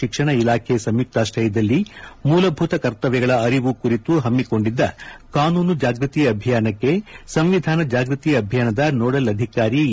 ಶಿಕ್ಷಣ ಇಲಾಖೆ ಸಂಯುಕಾಶಯದಲ್ಲಿ ಮೂಲಭೂತ ಕರ್ತವ್ಲಗಳ ಅರಿವು ಕುರಿತು ಪಮ್ನಿಕೊಂಡಿದ್ದ ಕಾನೂನು ಜಾಗ್ವತಿ ಅಭಿಯಾನಕ್ಕೆ ಸಂವಿಧಾನ ಜಾಗ್ವತಿ ಅಭಿಯಾನದ ನೋಡಲ್ ಅಧಿಕಾರಿ ಎ